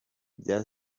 bya